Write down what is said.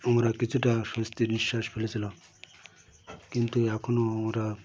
আমরা কিছুটা স্বস্তির নিঃশ্বাস ফেলেছিলাম কিন্তু এখনও আমরা